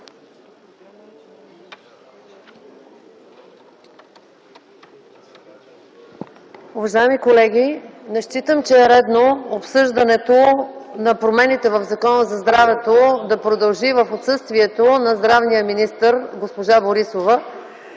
Уважаеми колеги, не считам, че е редно обсъждането на промените в Закона за здравето да продължи в отсъствието на здравния министър госпожа Борисова.